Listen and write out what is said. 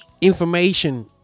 information